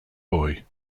boy